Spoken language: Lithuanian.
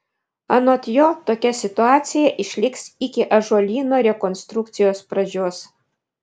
anot jo tokia situacija išliks iki ąžuolyno rekonstrukcijos pradžios